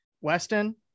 Weston